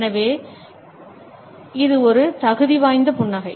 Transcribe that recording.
எனவே இது ஒரு தகுதி வாய்ந்த புன்னகை